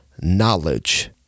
knowledge